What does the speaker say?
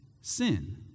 sin